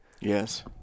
yes